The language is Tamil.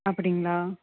அப்படிங்ளா